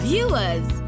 Viewers